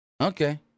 Okay